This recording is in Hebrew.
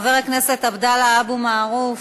חבר הכנסת עבדאללה אבו מערוף,